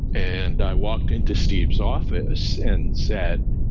and i walked into steve's office and said,